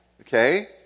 okay